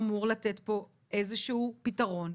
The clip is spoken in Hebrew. אמור לתת פה איזשהו פתרון.